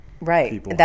Right